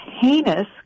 heinous